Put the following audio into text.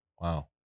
Wow